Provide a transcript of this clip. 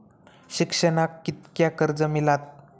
शिक्षणाक कीतक्या कर्ज मिलात?